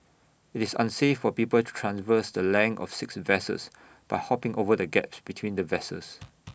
IT is unsafe for people to traverse the length of six vessels by hopping over the gaps between the vessels